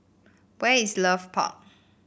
where is Leith Park